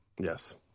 Yes